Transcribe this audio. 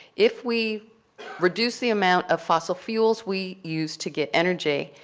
if we reduce the amount of fossil fuels we use to get energy,